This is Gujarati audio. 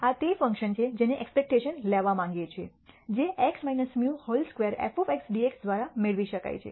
આ તે ફંક્શન છે જેની એક્સપેક્ટેશન લેવા માંગીએ છીએ જે x μ whole square f dx દ્વારા મેળવી શકાય છે